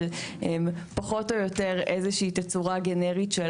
אבל פחות או יותר איזה שהיא תצורה גנרית של